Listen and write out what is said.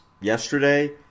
yesterday